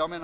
Om